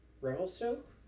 Revelstoke